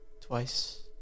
twice